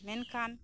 ᱢᱮᱱᱠᱷᱟᱱ